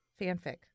fanfic